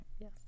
Yes